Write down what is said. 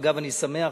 אגב, אני שמח,